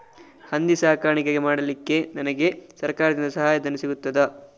ಹಂದಿ ಸಾಕಾಣಿಕೆ ಮಾಡಲಿಕ್ಕೆ ನನಗೆ ಸರಕಾರದಿಂದ ಸಹಾಯಧನ ಸಿಗುತ್ತದಾ?